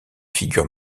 figures